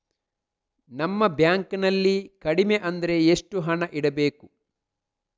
ನಮ್ಮ ಬ್ಯಾಂಕ್ ನಲ್ಲಿ ಕಡಿಮೆ ಅಂದ್ರೆ ಎಷ್ಟು ಹಣ ಇಡಬೇಕು?